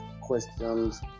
questions